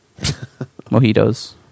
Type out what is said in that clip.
Mojitos